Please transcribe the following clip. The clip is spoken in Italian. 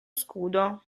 scudo